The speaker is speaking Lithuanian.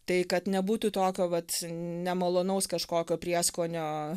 tai kad nebūtų tokio vat nemalonaus kažkokio prieskonio